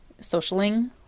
socialing